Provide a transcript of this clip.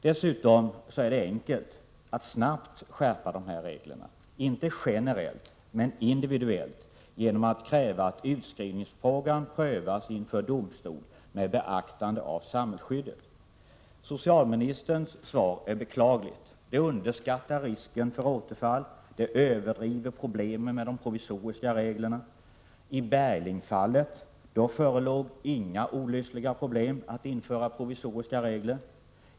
Det är också enkelt att snabbt skärpa reglerna — inte generellt men individuellt — genom att kräva att utskrivningsfrågan prövas inför domstol med beaktande av samhällsskyddet. Socialministerns svar är beklagligt. Det underskattar risken för återfall. Det överdriver problemen med de provisoriska reglerna. I Berglingfallet förelåg inga olösliga problem när det gällde att införa provisoriska regler.